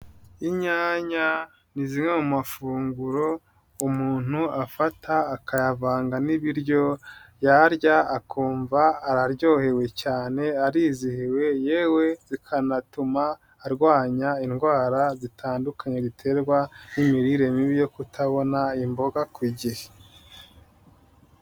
Inyanya ni zimwe mu mafunguro umuntu afata akayavanga n'ibiryo, yarya akumva araryohewe cyane arizihiwe yewe bikanatuma arwanya indwara zitandukanye ziterwa n'imirire mibi yo kutabona imboga ku gihe.